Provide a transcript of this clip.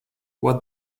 what